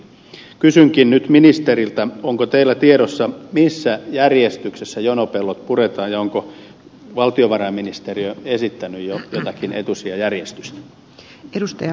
kysynkin nyt ministeriltä onko teillä tiedossa missä järjestyksessä jonopellot puretaan ja onko valtiovarainministeriö esittänyt jo jotakin etusijajärjestystä